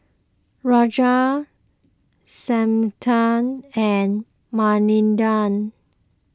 Razia Santha and Manindra